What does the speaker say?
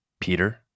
Peter